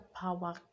power